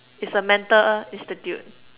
it's a mental institute